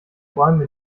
bäume